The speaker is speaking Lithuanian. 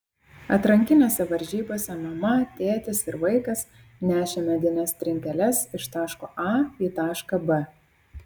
atrankinėse varžybose mama tėtis ir vaikas nešė medines trinkeles iš taško a į tašką b